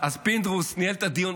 אז פינדרוס ניהל את הדיון.